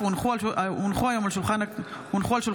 תודה.